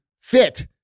fit